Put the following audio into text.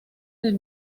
del